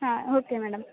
ಹಾಂ okay madam